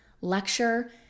lecture